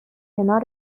کنار